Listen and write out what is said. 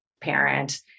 parent